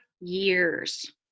years